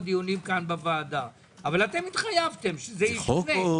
דיונים בוועדה אבל התחייבתם שזה ישונה.